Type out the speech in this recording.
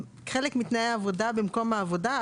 חלק מתנאי העבודה במקום העבודה?